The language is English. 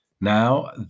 Now